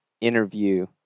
interview